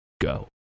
go